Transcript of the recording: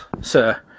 sir